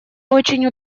очень